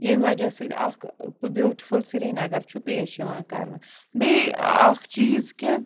ییٚمہِ وجہ سۭتۍ اَکھ ٲں بیٛوٹِفُل سریٖنگر چھُ پیش یوان کرنہٕ بیٚیہِ اَکھ چیٖز کہِ